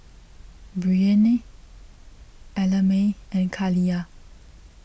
Breanne Ellamae and Kaliyah